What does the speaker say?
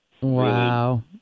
Wow